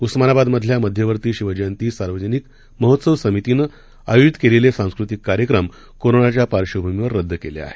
उस्मानाबादमधल्या मध्यवर्ती शिवजयंती सार्वजनिक महोत्सव समितीनं आयोजित केलेले सांस्कृतिक कार्यक्रम कोरोनाच्या पार्श्वभूमीवर रद्द केले आहेत